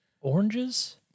oranges